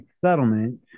Settlement